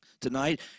Tonight